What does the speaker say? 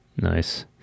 nice